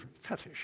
fetish